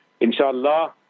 Inshaallah